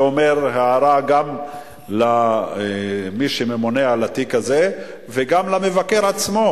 זה אומר הערה גם למי שממונה על התיק הזה וגם למבקר עצמו.